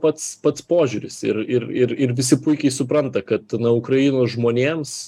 pats pats požiūris ir ir ir ir visi puikiai supranta kad na ukrainos žmonėms